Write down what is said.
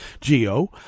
GEO